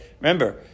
remember